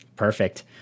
Perfect